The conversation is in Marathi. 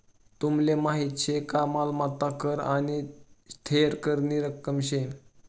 तुमले माहीत शे का मालमत्ता कर आने थेर करनी रक्कम शे